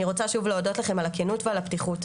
אני רוצה שוב להודות לכם על הכנות ועל הפתיחות,